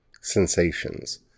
sensations